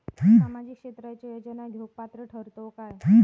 सामाजिक क्षेत्राच्या योजना घेवुक पात्र ठरतव काय?